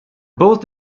both